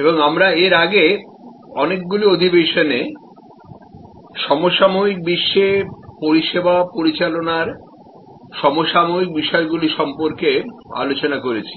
এবং আমরা এর আগে অনেকগুলিঅধিবেশনআজকের বিশ্বেসার্ভিস ম্যানেজমেন্ট এবং তার সাথে জড়িত বিষয়গুলি সম্পর্কে আলোচনা করেছি